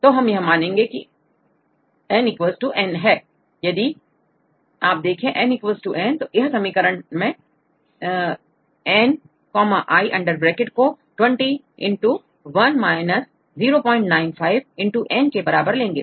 तो अब हम यह मानेंगे की N n है तो यदि यदि आप देखेंN n तो आप यह समीकरणf n i को20 1 095 n के बराबर लेंगे